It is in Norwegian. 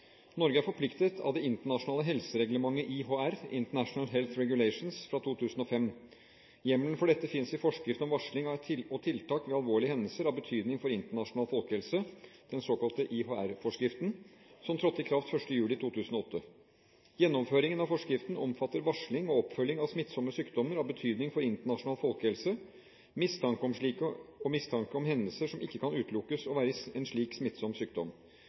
Norge er forpliktet av det internasjonale helsereglementet IHR, International Health Regulations, fra 2005. Hjemmelen for dette finnes i forskrift om varsling av og tiltak ved alvorlige hendelser av betydning for internasjonal folkehelse, den såkalte IHR-forskriften, som trådte i kraft 1. juli 2008. Gjennomføringen av forskriften omfatter varsling og oppfølging av smittsomme sykdommer av betydning for internasjonal folkehelse, mistanke om slike og mistanke om hendelser som ikke kan utelukkes å være en slik smittsom sykdom.